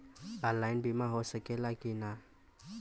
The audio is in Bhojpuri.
ऑनलाइन बीमा हो सकेला की ना?